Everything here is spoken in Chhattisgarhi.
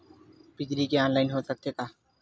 बिजली के ऑनलाइन हो सकथे का?